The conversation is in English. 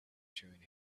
chewing